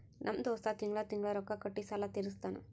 ನಮ್ ದೋಸ್ತ ತಿಂಗಳಾ ತಿಂಗಳಾ ರೊಕ್ಕಾ ಕೊಟ್ಟಿ ಸಾಲ ತೀರಸ್ತಾನ್